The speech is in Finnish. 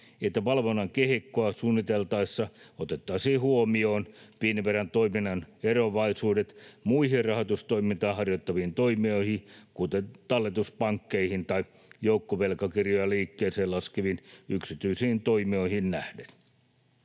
että valvonnan kehikkoa suunniteltaessa otettaisiin huomioon Finnveran toiminnan eroavaisuudet muihin rahoitustoimintaa harjoittaviin toimijoihin, kuten talletuspankkeihin tai joukkovelkakirjoja liikkeeseen laskeviin yksityisiin toimijoihin, nähden.